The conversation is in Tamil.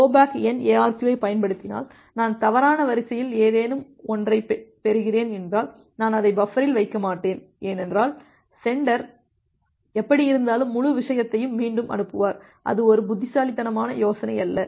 கோ பேக் N ARQ ஐ பயன்படுத்தினால் நான் தவறான வரிசையில் ஏதேனும் ஒன்றைப் பெறுகிறேன் என்றால் நான் அதை பஃபரில் வைக்க மாட்டேன் ஏனென்றால் சென்டர் எப்படியிருந்தாலும் முழு விஷயத்தையும் மீண்டும் அனுப்புவார் அது ஒரு புத்திசாலித்தனமான யோசனை அல்ல